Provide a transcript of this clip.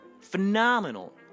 Phenomenal